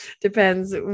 Depends